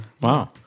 Wow